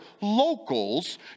locals